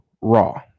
Raw